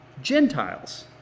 Gentiles